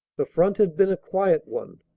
the front had been a quiet one,